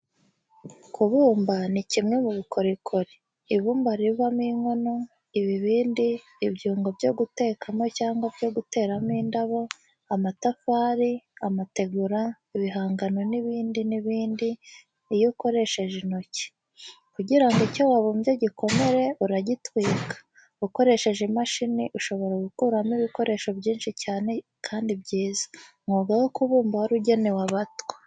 Kubumba ni kimwe mu bukorikori. Ibumba rivamo inkono, ibibindi, ibyungo byo gutekamo cyangwa byo guteramo indabo, amatafari, amategura, ibihangano n'ibindi n'ibindi, iyo ukoresheje intoki. Kugira ngo icyo wabumbye gikomere, uragitwika. Ukoresheje imashini ushobora gukuramo ibikoresho byinshi cyane kandi byiza. Umwuga wo kubumba wari ugenewe abatwa.